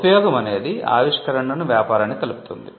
ఉపయోగం అనేది ఆవిష్కరణను వ్యాపారానికి కలుపుతుంది